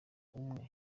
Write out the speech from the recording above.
umwe